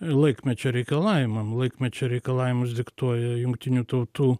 laikmečio reikalavimam laikmečio reikalavimus diktuoja jungtinių tautų